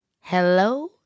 Hello